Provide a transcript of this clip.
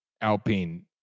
Alpine